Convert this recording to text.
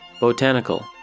Botanical